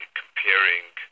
comparing